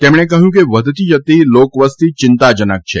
તેમણે કહ્યું કે વધતી જતી લોકવસતી ચિંતાજનક છે